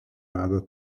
veda